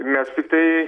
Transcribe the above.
mes tiktai